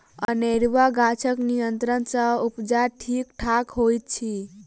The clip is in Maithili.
अनेरूआ गाछक नियंत्रण सँ उपजा ठीक ठाक होइत अछि